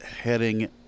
heading